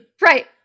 Right